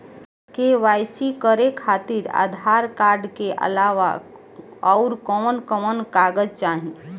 KYC करे खातिर Aadhaar card के अलावा आउरकवन कवन कागज चाहीं?